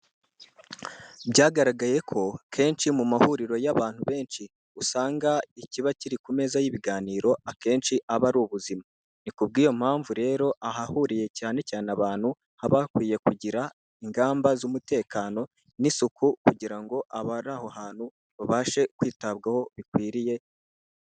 Byagaragaye ko kenshi mu mahuriro y'abantu benshi usanga ikiba kiri ku meza y'ibiganiro, akenshi aba ari ubuzima. Ni ku bw'iyo mpamvu rero ahahuriye cyane cyane abantu haba hakwiye kugira ingamba z'umutekano n'isuku; kugira ngo abari aho hantu babashe kwitabwaho bikwiriye.